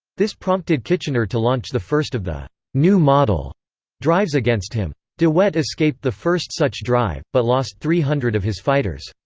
this prompted kitchener to launch the first of the new model drives against him. de wet escaped the first such drive, but lost three hundred of his fighters.